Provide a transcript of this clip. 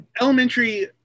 Elementary